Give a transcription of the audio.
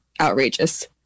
outrageous